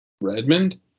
Redmond